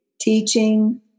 teaching